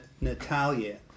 Natalia